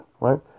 right